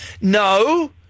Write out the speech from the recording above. No